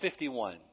51